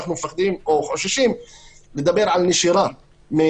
אנחנו מפחדים או חוששים לדבר על נשירה של